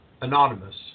anonymous